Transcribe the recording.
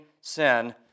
sin